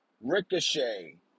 Ricochet